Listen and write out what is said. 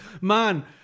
Man